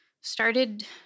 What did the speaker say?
started